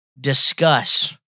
discuss